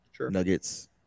Nuggets